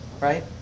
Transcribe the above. right